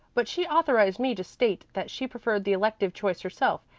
but she authorized me to state that she preferred the elective choice herself,